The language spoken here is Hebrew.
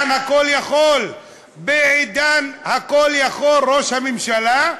בעידן הכול-יכול ראש הממשלה,